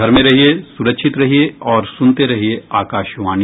घर में रहिये सुरक्षित रहिये और सुनते रहिये आकाशवाणी